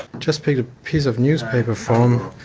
just picked a piece of newspaper from.